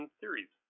series